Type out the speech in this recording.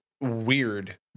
weird